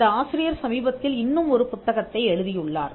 இந்த ஆசிரியர் சமீபத்தில் இன்னும் ஒரு புத்தகத்தை எழுதியுள்ளார்